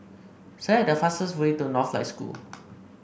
select the fastest way to Northlight School